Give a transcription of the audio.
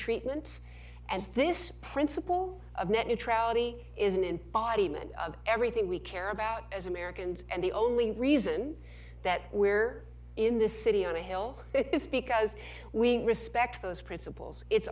treatment and this principle of net neutrality isn't in body mint everything we care about as americans and the only reason that we're in this city on a hill is because we respect those principles it's